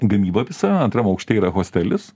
gamyba visa antram aukšte yra hostelis